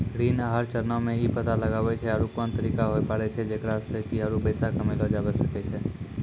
ऋण आहार चरणो मे इ पता लगाबै छै आरु कोन तरिका होय पाड़ै छै जेकरा से कि आरु पैसा कमयलो जाबै सकै छै